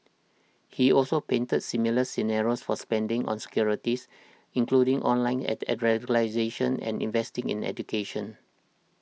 he also painted similar scenarios for spending on securities including online attacks and radicalisation and investing in education